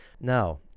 Now